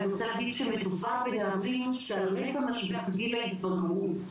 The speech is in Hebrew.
מדובר בנערים שעל רקע משבר גיל ההתבגרות,